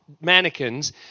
mannequins